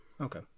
Okay